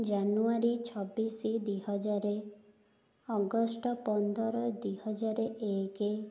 ଜାନୁୟାରୀ ଛବିସ ଦୁଇ ହଜାର ଅଗଷ୍ଟ ପନ୍ଦର ଦୁଇ ହଜାର ଏକ